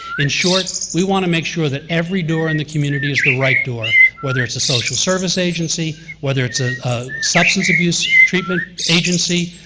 in short, we want to make sure that every door in the community is the right door whether it's a social service agency, whether it's a a substance abuse treatment agency,